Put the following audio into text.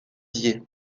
dié